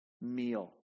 meal